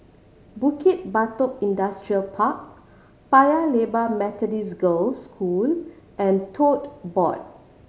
Bukit Batok Industrial Park Paya Lebar Methodist Girls' School and Tote Board